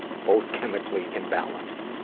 both chemically imbalanced.